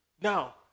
Now